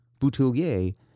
Boutillier